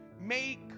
make